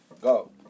Go